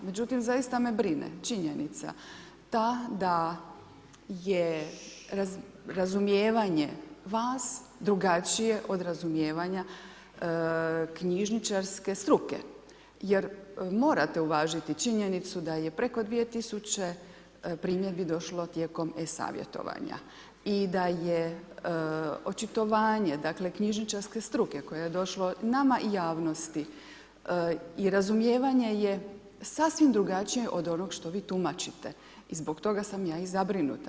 Međutim zaista me brine činjenica ta da je razumijevanje vas drugačije od razumijevanja knjižničarske struke jer morate uvažiti činjenicu da je preko 2000 primjedbi došlo tijekom e-savjetovanja i da je očitovanje knjižničarske struke koje je došlo nama i javnosti i razumijevanje je sasvim drugačije od onog što vi tumačite i zbog toga sam ja i zabrinuta.